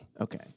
Okay